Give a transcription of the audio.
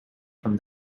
from